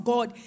God